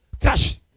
crash